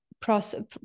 process